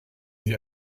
sie